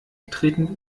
getreten